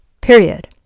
period